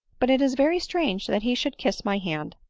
but it is very strange that he should kiss my hand!